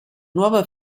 nuova